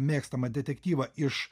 mėgstamą detektyvą iš